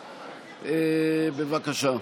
בבקשה.